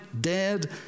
dead